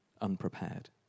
unprepared